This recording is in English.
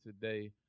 today